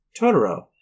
Totoro